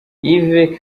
yves